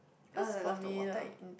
uh I love the water